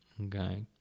Okay